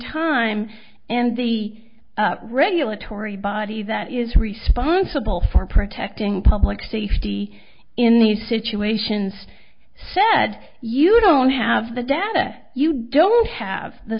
time and the regulatory body that is responsible for protecting public safety in these situations said you don't have the data you don't have the